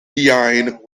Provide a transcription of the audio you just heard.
viajn